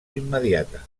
immediata